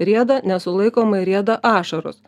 rieda nesulaikomai rieda ašaros